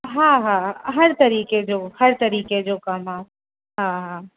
हा हा हा हर तरीक़े जो हर तरीक़े जो कमु आहे हा हा